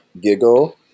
giggle